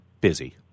busy